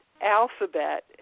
alphabet